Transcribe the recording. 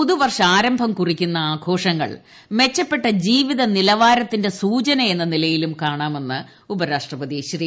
പുതുവർഷാരംഭം കുറിക്കുന്ന ആഘോഷങ്ങൾ മെച്ചപ്പെട്ട ജീവിത നിലവാരത്തിന്റെ സൂചന എന്ന നിലയിലും കാണാമെന്ന് ഉപരാഷ്ട്രപതി ശ്രീ